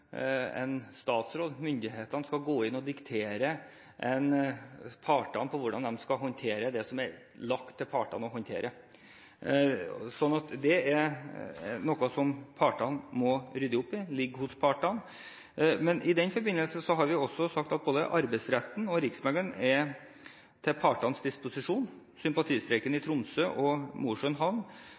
en statsråd, myndighetene, skal gå inn og diktere partene med tanke på hvordan de skal håndtere det som er lagt til partene å håndtere. Det er noe som partene må rydde opp i, det ligger hos partene. I den forbindelse har vi sagt at både Arbeidsretten og Riksmekleren er til partenes disposisjon. Sympatistreiken i Tromsø og